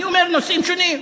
אני אומר נושאים שונים.